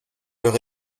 leur